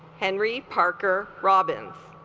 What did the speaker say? henry parker robbins